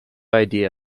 idea